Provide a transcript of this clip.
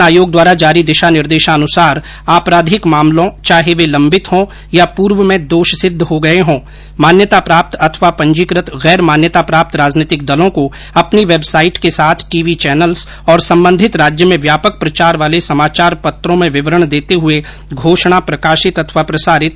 निर्वाचन आयोग द्वारा जारी दिशा निर्देशानुसार आपराधिक मामलों चाहे वह लम्बित हो या पूर्व में दोष सिद्व हो गये हो मान्यता प्राप्त अथवा पंजीकृत गैर मान्यता प्राप्त राजनीतिक दलों को अपनी वेबसाइट के साथ टीवी चैनल्स और संबंधित राज्य में व्यापक प्रचार वाले समाचार पत्रों विवरण देते हुए घोषणा प्रकाशित अथवा प्रसारित करें